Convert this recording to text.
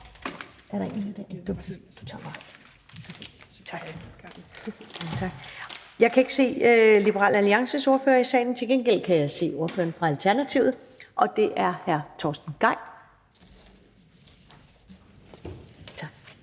Jeg kan ikke se Liberal Alliances ordfører i salen. Til gengæld kan jeg se ordføreren for Alternativet, og det er hr. Torsten Gejl.